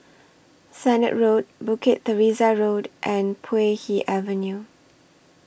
Sennett Road Bukit Teresa Road and Puay Hee Avenue